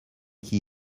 qui